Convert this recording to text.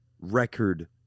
record